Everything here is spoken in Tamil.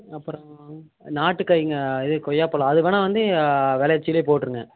அப்புறம் நாட்டு காயிங்க இது கொய்யாப்பழம் அது வேணா வந்து விலச்சிலே போட்டுருங்க